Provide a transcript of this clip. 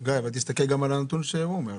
גיא, תסתכל על הנתונים שהוא אומר לך.